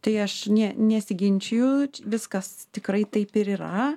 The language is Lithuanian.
tai aš nė nesiginčiju viskas tikrai taip ir yra